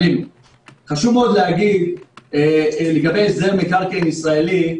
חשוב מאוד להגיד לגבי הסדר מקרקעין ישראלי,